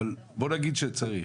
אבל בוא נגיד שצריך,